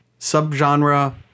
subgenre